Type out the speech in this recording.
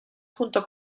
junto